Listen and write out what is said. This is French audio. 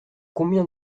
combien